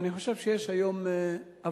ואני חושב שיש היום הבנה,